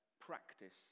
practice